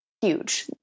huge